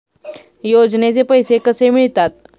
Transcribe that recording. योजनेचे पैसे कसे मिळतात?